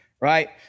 right